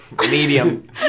Medium